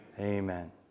Amen